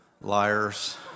Liars